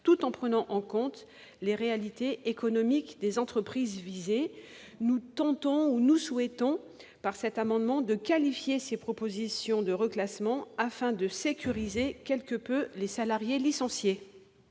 tout en prenant en compte les réalités économiques des entreprises visées nous tentons nous souhaitons par cet amendement de qualifier ces propositions de reclassements afin de sécuriser quelque peu les salariés licenciés.